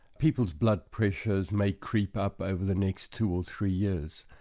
people's blood pressures may creep up over the next two or three years,